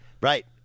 Right